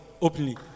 openly